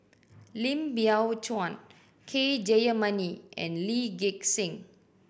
Lim Biow Chuan K Jayamani and Lee Gek Seng